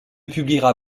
publiera